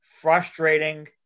frustrating